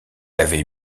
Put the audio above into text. avait